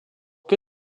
que